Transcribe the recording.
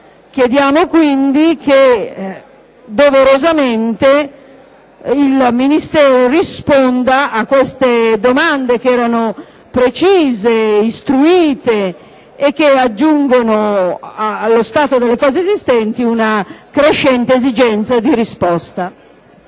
Chiediamo quindi che doverosamente il Ministero risponda a queste domande che erano precise ed istruite e che aggiungono allo stato delle cose esistenti una crescente esigenza di risposta.